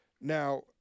Now